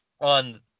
on